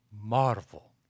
marvel